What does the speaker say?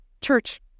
church